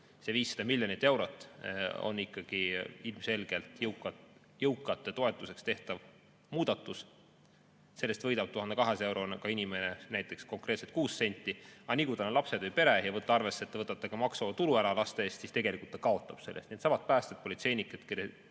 see 500 miljonit eurot, on ikkagi ilmselgelt jõukate toetuseks tehtav muudatus. Sellest võidab 1200 eurot [teeniv] inimene näiteks konkreetselt 6 senti, aga nii kui tal on lapsed ehk pere – võttes arvesse, et te võtate ära ka maksuvaba tulu laste eest –, ta tegelikult kaotab sellest. Needsamad päästjad, politseinikud,